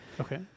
Okay